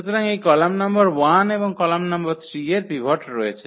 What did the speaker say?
সুতরাং এই column number 1 এবং কলাম নম্বর 3 এর পিভট রয়েছে